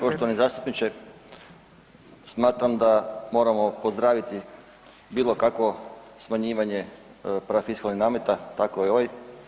Poštovani zastupniče, smatram da moramo pozdraviti bilo kakvo smanjivanje parafiskalnih nameta, tako i ovaj.